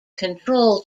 control